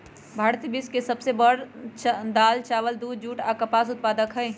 भारत विश्व के सब से बड़ दाल, चावल, दूध, जुट आ कपास के उत्पादक हई